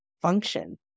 function